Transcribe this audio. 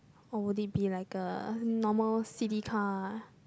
or would it be like a normal city car